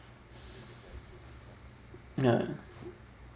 ya